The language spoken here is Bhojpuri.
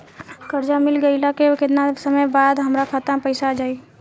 कर्जा मिल गईला के केतना समय बाद हमरा खाता मे पैसा आ जायी?